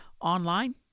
Online